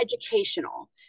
educational